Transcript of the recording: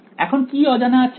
এখন কি অজানা আছে